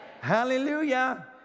Hallelujah